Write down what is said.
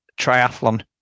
triathlon